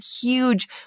huge